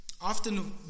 Often